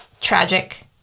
tragic